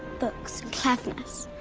books, cleverness,